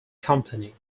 company